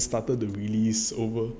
he started to release over